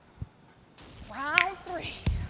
round three